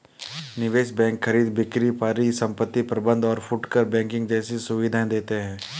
निवेश बैंक खरीद बिक्री परिसंपत्ति प्रबंध और फुटकर बैंकिंग जैसी सुविधायें देते हैं